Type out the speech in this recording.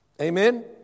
Amen